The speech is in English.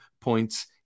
points